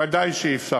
ודאי שלא היה אפשר,